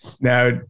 Now